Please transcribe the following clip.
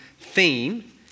theme